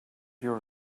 your